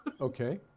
Okay